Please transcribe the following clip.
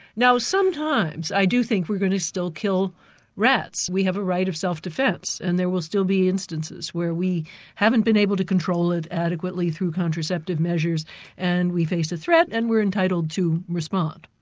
now sometimes, i do think we're going to still kill rats, we have a right of self-defence and there will still be instances where we haven't been able to control it adequately through contraceptive measures and we faced a threat, and we're entitled to respond.